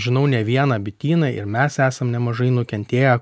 žinau ne vieną bityną ir mes esam nemažai nukentėję